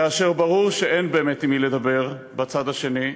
כאשר ברור שאין באמת עם מי לדבר בצד השני,